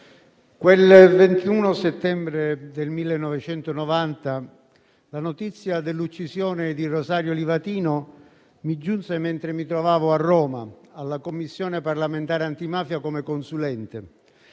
quel 21 settembre del 1990 la notizia dell'uccisione di Rosario Livatino mi giunse mentre mi trovavo a Roma alla Commissione parlamentare antimafia come consulente.